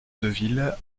deville